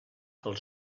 els